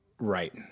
right